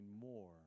more